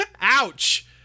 Ouch